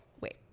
wait